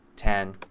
ten,